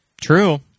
True